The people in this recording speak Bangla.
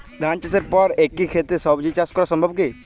ধান চাষের পর একই ক্ষেতে সবজি চাষ করা সম্ভব কি?